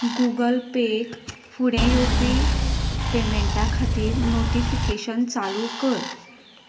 Google पेयक फुडें येवपी पेमेंटा खातीर नोटिफिकेशन चालू कर